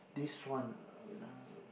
this one uh wait ah